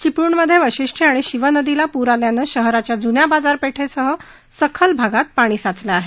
चिपळूणमध्ये वाशिष्ठी आणि शिव नदीला पूर आल्यानं शहराच्या जुन्या बाजारपेठेसह सखल भागात पाणी साचलं आहे